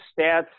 stats